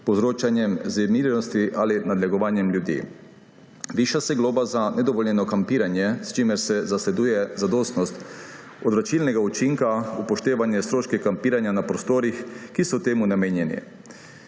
povzročanjem vznemirjenosti ali nadlegovanjem ljudi. Viša se globa za nedovoljeno kampiranje, s čimer se zasleduje zadostnost odvračilnega učinka, upoštevaje stroške kampiranja na prostorih, ki so temu namenjeni.